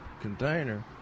container